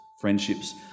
friendships